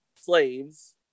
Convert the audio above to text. slaves